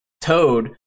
Toad